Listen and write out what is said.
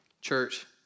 Church